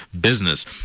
business